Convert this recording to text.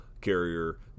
carrier